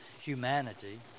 humanity